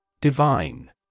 Divine